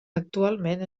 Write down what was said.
actualment